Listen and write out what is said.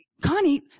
Connie